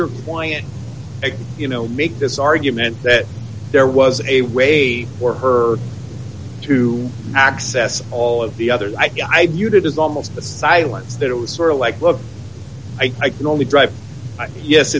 point you know make this argument that there was a way for her to access all of the others i viewed it as almost the silence that it was sort of like look i can only drive yes